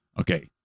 Okay